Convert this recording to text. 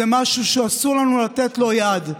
זה משהו שאסור לנו לתת לו יד.